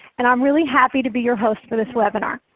and i'm really happy to be your host for this webinar.